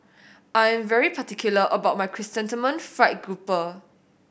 I'm very particular about my Chrysanthemum Fried Grouper